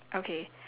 okay